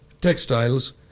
textiles